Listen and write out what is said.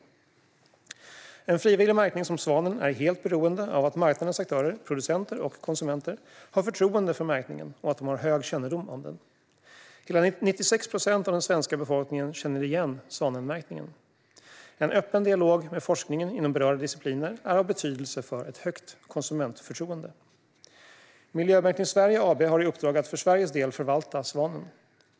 En frivillig märkning som Svanen är helt beroende av att marknadens aktörer - producenter och konsumenter - har förtroende för märkningen och att de har hög kännedom om den. Hela 96 procent av den svenska befolkningen känner igen svanmärkningen. En öppen dialog med forskningen inom berörda discipliner är av betydelse för ett högt konsumentförtroende. Miljömärkning Sverige AB har i uppdrag att för Sveriges del förvalta Svanen.